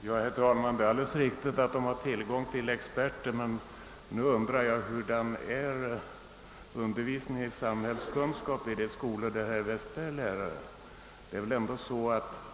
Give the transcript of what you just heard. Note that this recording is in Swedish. Herr talman! Det är alldeles riktigt att departementet har tillgång till experter, men jag undrar hur undervisningen i samhällskunskap är i de skolor där herr Westberg är lärare.